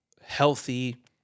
healthy